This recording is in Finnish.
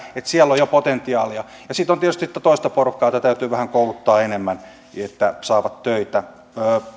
että siellä on jo potentiaalia ja sitten on tietysti tuota toista porukkaa jota täytyy vähän kouluttaa enemmän että saavat töitä